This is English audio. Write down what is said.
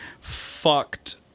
fucked